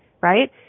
right